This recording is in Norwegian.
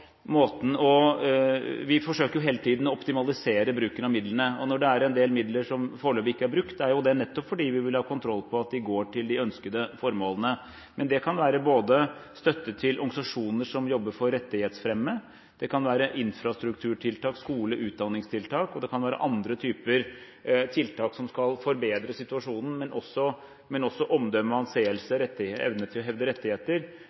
optimalisere bruken av midlene, og når det er en del midler som foreløpig ikke er brukt, er det nettopp fordi vi vil ha kontroll på at de går til de ønskede formålene. Men det kan være støtte til organisasjoner som jobber for rettighetsfremme, det kan være infrastrukturtiltak, skole- og utdanningstiltak, og det kan være andre typer tiltak som skal forbedre situasjonen, også omdømme og anseelse, evne til å hevde rettigheter